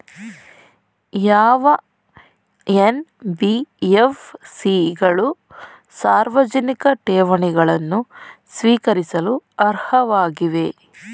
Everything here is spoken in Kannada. ಯಾವ ಎನ್.ಬಿ.ಎಫ್.ಸಿ ಗಳು ಸಾರ್ವಜನಿಕ ಠೇವಣಿಗಳನ್ನು ಸ್ವೀಕರಿಸಲು ಅರ್ಹವಾಗಿವೆ?